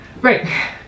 Right